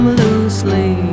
loosely